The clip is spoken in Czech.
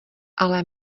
ale